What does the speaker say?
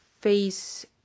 face